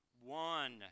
one